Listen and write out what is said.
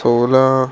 ਸੋਲ੍ਹਾਂ